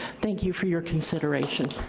thank you for your consideration.